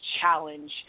challenge